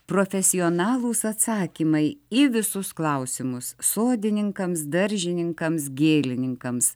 profesionalūs atsakymai į visus klausimus sodininkams daržininkams gėlininkams